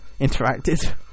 interacted